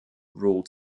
ruled